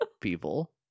people